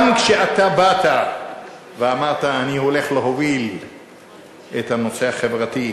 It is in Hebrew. גם כשאתה באת ואמרת: אני הולך להוביל את הנושא החברתי,